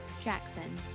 Jackson